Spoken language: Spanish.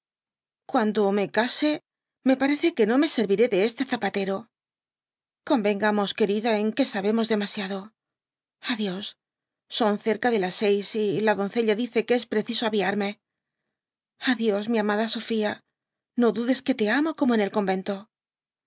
cuando me case me parece que no me serviré de este zapatero convengamos querida en que sabemos demasiado a dios son cerca de las seis y la doncella dice que es preciso aviarme a dios mi amada sofía no dudes que te amo como en el convento